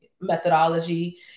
methodology